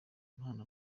impano